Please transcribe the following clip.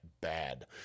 bad